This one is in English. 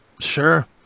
Sure